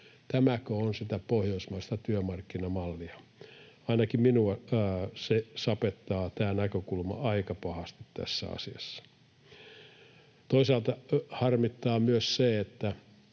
Tämäkö on sitä pohjoismaista työmarkkinamallia? Ainakin minua sapettaa tämä näkökulma aika pahasti tässä asiassa. Toisaalta harmittaa myös se, että